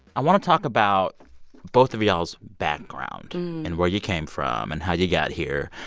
i want to talk about both of y'all's background and where you came from and how you got here.